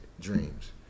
dreams